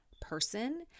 person